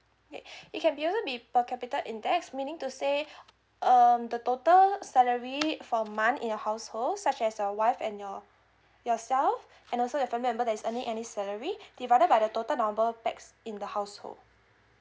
okay it can be also be per capita index meaning to say um the total salary per month in your household such as your wife and your yourself and also you've family member there is any any salary divided by the total number of pax in the household